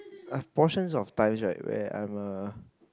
I have portions of time right where I'm a